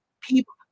people